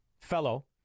Fellow